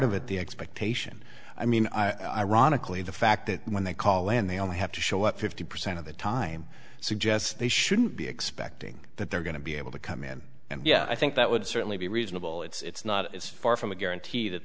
of it the expectation i mean ironically the fact that when they call and they only have to show up fifty percent of the time suggests they shouldn't be expecting that they're going to be able to come in and yeah i think that would certainly be reasonable it's not it's far from a guarantee that